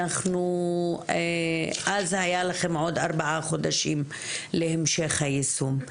אנחנו אז היה לכם עוד ארבעה חודשים להמשך היישום.